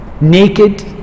naked